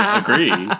agree